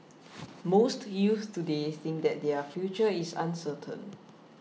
most youths today think that their future is uncertain